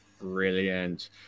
Brilliant